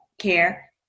care